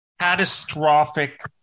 catastrophic